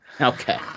Okay